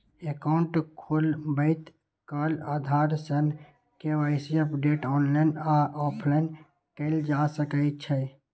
account खोलबैत काल आधार सं के.वाई.सी अपडेट ऑनलाइन आ ऑफलाइन कैल जा सकै छै